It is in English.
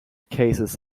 cases